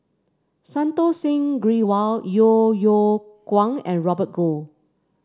Santokh Singh Grewal Yeo Yeow Kwang and Robert Goh